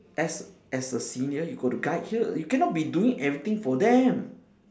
as as a senior you got to guide her you cannot be doing everything for them